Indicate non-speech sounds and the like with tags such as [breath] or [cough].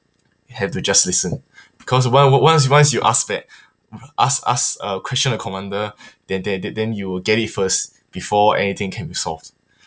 have to just listen because on~ o~ once you once you ask back ask ask uh question to commander [breath] then then the~ then you will you get it first before anything can be solved you know